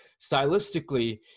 stylistically